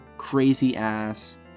crazy-ass